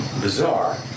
bizarre